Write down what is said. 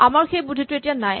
আমাৰ সেই বুদ্ধিটো এতিয়া নাই